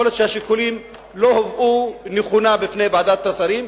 יכול להיות שהשיקולים לא הובאו נכונה בפני ועדת השרים.